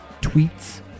tweets